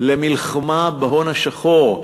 למלחמה בהון השחור,